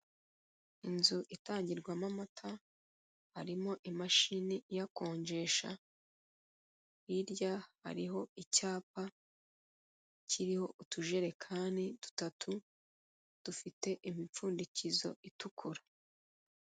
Inzu itangirwamo amata harimo imashini iyakonjesha hirya hariho icyapa kiriho utujerekani dutatu dufite imipfundikizo itukura.